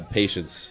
patience